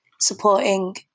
supporting